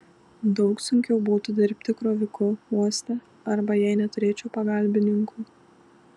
daug sunkiau būtų dirbti kroviku uoste arba jei neturėčiau pagalbininkų